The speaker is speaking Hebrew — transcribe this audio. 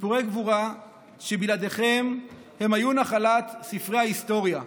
סיפורי גבורה שבלעדיכם הם היו נחלת ספרי ההיסטוריה,